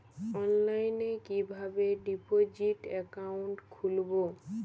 অনলাইনে কিভাবে deposit account খুলবো?